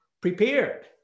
prepared